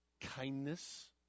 kindness